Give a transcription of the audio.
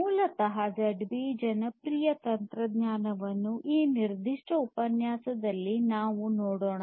ಮೂಲತಃ Z wave ಜನಪ್ರಿಯ ತಂತ್ರಜ್ಞಾನವನ್ನು ಈ ನಿರ್ದಿಷ್ಟ ಉಪನ್ಯಾಸದಲ್ಲಿ ನಾವು ನೋಡೋಣ